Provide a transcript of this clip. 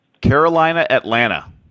Carolina-Atlanta